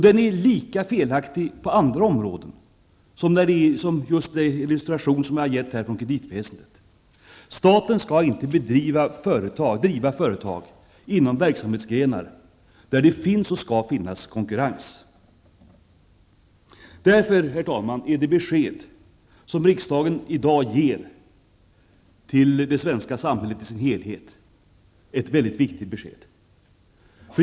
Den är lika felaktig på andra områden, vilket visas av den illustration som jag har gett av kreditväsendet. Staten skall inte driva företag inom verksamhetsgrenar där det finns och skall finnas konkurrens. Därför, herr talman, är det besked som riksdagen i dag ger till det svenska samhället i dess helhet ett mycket viktigt besked.